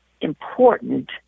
important